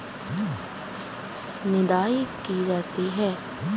निदाई की जाती है?